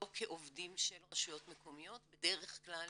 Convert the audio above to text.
לא כעובדים של רשויות מקומיות, בדרך כלל